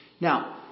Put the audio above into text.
Now